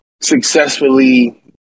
successfully